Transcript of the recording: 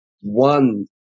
one